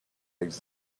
bags